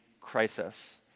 crisis